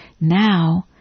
Now